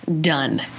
done